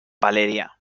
valeria